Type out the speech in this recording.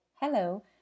Hello